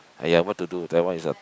!aiya! what to do that one is a